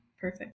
Perfect